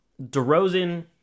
DeRozan